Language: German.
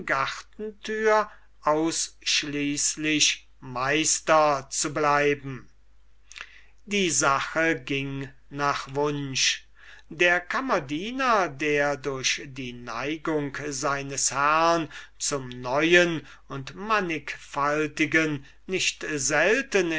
gartentür ausschließlich meister zu bleiben die sache ging nach wunsch der kammerdiener der durch die neigung seines herrn zum neuen und manchfaltigen nicht selten